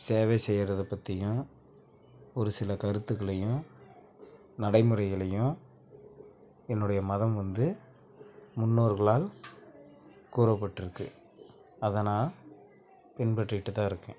சேவை செய்யறதை பற்றியும் ஒரு சில கருத்துக்களையும் நடைமுறைகளையும் என்னுடைய மதம் வந்து முன்னோர்களால் கூறப்பட்டுருக்குது அதை நான் பின்பற்றிகிட்டு தான் இருக்கேன்